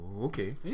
okay